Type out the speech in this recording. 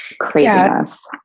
craziness